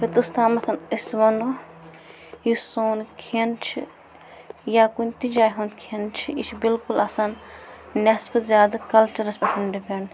یوٚتَس تامَتھ أسۍ وَنو یُس سون کھیٚن چھُ یا کُنہِ تہِ جایہِ ہُنٛد کھیٚن چھُ یہِ چھِ بِلکُل آسان نٮ۪صفہٕ زیادٕ کَلچَرَس پٮ۪ٹھ ڈِپٮ۪نٛڈ